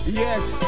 yes